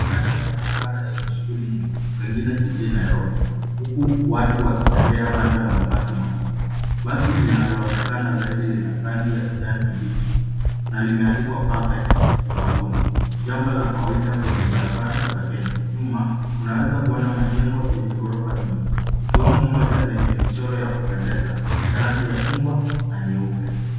Mandhari ya barabara yenye shughuli nyingi, pengine jijini Nairobi. Huku watu wakitembea kando ya mabasi makubwa. Basi linaloonekana zaidi lina rangi ya kijani kibichi na limeandikwa PERFECT ubavuni. Jambo la kawaida kwenye barabara za Kenya. Nyuma, unaweza kuona majengo yenye ghorofa nyingi. Ikiwemo moja lenye michoro ya kupendeza, ya rangi ya chungwa na nyeupe.